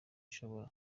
ishobora